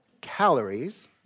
calories